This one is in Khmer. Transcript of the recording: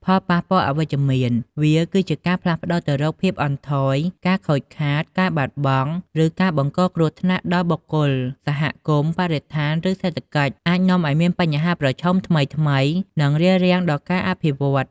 ផលប៉ះពាល់អវិជ្ជមាន វាគឺជាការផ្លាស់ប្តូរទៅរកភាពអន់ថយ ការខូចខាត ការបាត់បង់ ឬការបង្កគ្រោះថ្នាក់ដល់បុគ្គល សហគមន៍ បរិស្ថាន ឬសេដ្ឋកិច្ច អាចនាំឱ្យមានបញ្ហាប្រឈមថ្មីៗ និងរារាំងដល់ការអភិវឌ្ឍ។